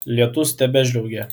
lietus tebežliaugė